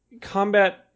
combat